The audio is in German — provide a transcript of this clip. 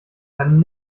dann